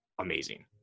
amazing